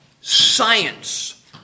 Science